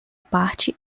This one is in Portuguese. parte